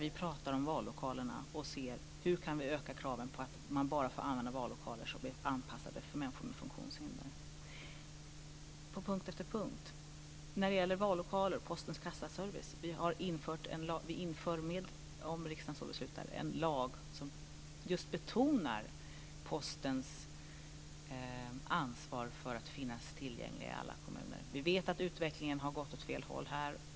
Vi talar där om vallokalerna och ser till hur vi kan öka kraven på att man bara använder vallokaler som är anpassade för människor med funktionshinder. Så är det på punkt efter punkt när det gäller både vallokaler och Postens kassaservice. Vi inför, om riksdagen så beslutar, en lag som just betonar Postens ansvar för att finnas tillgänglig i alla kommuner. Vi vet att utvecklingen här har gått åt fel håll.